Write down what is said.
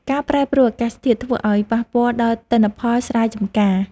ការប្រែប្រួលអាកាសធាតុធ្វើឱ្យប៉ះពាល់ដល់ទិន្នផលស្រែចម្ការ។